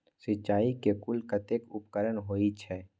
सिंचाई के कुल कतेक उपकरण होई छै?